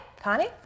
Connie